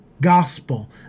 Gospel